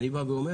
אני בא ואומר,